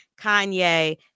Kanye